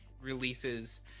releases